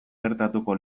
gertatuko